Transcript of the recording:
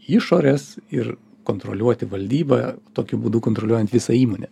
išorės ir kontroliuoti valdybą tokiu būdu kontroliuojant visą įmonę